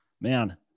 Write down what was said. man